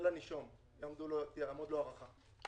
זה לנישום, שתעמוד לו הארכה.